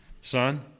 son